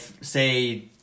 say